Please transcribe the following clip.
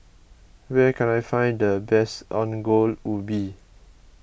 where can I find the best Ongol Ubi